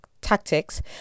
tactics